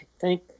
thank